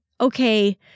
okay